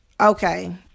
okay